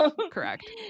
correct